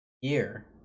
year